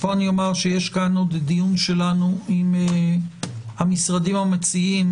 פה יש דיון שלנו עם המשרדים המציעים